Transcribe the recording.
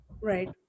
Right